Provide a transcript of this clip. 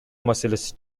маселеси